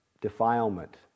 defilement